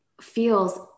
feels